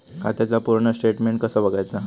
खात्याचा पूर्ण स्टेटमेट कसा बगायचा?